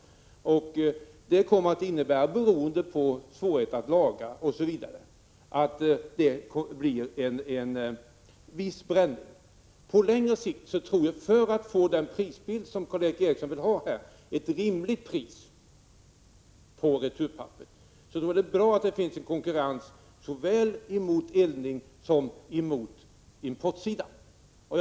På grund av svårigheter att lagra detta papper kommer man att elda upp en del av papperet. För att man på längre sikt skall kunna få ett rimligt pris på returpapperet, vilket Karl Erik Eriksson vill ha, är det bra att det råder konkurrens både när det gäller eldning och när det gäller import.